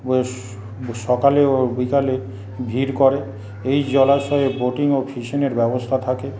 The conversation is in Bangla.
বেশ সকালে ও বিকালে ভিড় করে এই জলাশয়ে বোটিং ও ফিশিংয়ের ব্যবস্থা থাকে